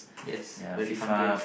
yes really fun games